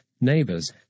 neighbors